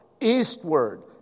eastward